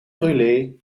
brûlée